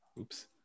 Oops